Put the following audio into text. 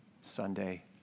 Sunday